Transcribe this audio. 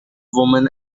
women